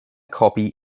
copy